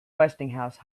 westinghouse